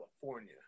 California